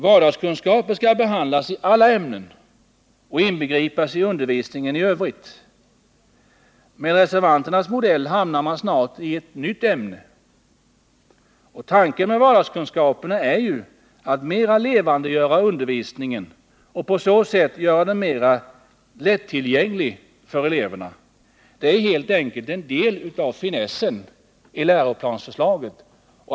Vardagskunskaper skall behandlas i alla ämnen och inbegripas i undervisningen i övrigt. Med reservanternas modell hamnar man snart i ett nytt ämne. Tanken med vardagskunskaperna är ju att mer levandegöra undervisningen och på så sätt göra den mer lättillgänglig för eleverna. Det är helt enkelt en del av finessen i läroplansförslaget.